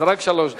רק שלוש דקות.